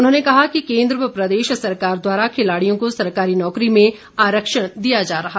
उन्होंने कहा कि केन्द्र व प्रदेश सरकार द्वारा खिलाड़ियों को सरकारी नौकरी में आरक्षण दिया जा रहा